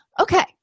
Okay